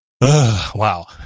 Wow